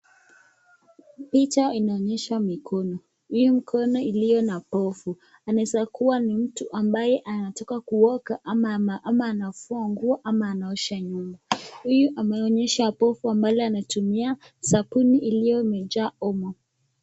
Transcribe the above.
Picha inaonyesha mikono, hii mikono iliyo na bofu anaeza kuwa ni mtu ambaye anataka kuoga ama anavua nguo ama anaosha nyumba, huyu ameonyesha bofu ambalo anatumia sabuni iliyo imejaa omo.